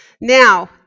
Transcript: Now